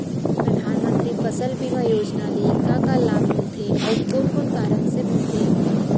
परधानमंतरी फसल बीमा योजना ले का का लाभ मिलथे अऊ कोन कोन कारण से मिलथे?